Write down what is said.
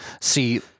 see